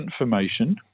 information